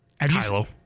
Kylo